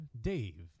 Dave